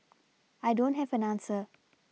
I don't have an answer